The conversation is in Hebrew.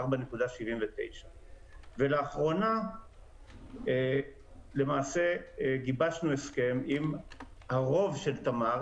4.79. ולאחרונה למעשה גיבשנו הסכם עם הרוב של תמר,